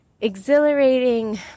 exhilarating